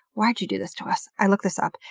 why did you do this to us? i looked this up.